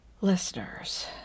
listeners